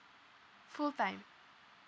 full time